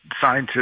scientists